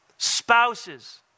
Spouses